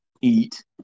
eat